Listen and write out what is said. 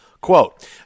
Quote